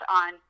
on